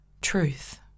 truth